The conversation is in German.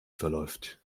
verläuft